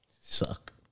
Suck